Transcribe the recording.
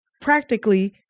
practically